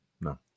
No